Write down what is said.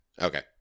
Okay